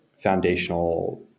foundational